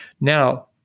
Now